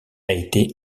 été